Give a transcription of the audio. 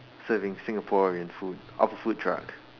serving Singaporean food off a food truck